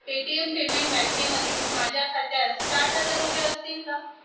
Paytm payment बँकेमधील माझ्या खात्यात साठ हजार रुपये असतील का